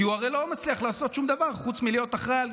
כי הרי הוא לא מצליח לעשות שום דבר חוץ מלהיות אחראי